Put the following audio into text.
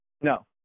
No